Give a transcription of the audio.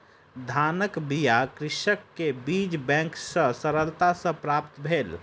धानक बीया कृषक के बीज बैंक सॅ सरलता सॅ प्राप्त भेल